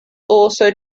also